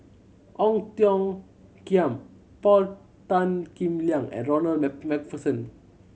Ong Tiong Khiam Paul Tan Kim Liang and Ronald Macpherson